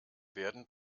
werden